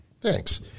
Thanks